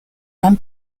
pan